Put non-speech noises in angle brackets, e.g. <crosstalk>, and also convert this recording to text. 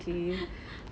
<laughs>